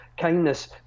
kindness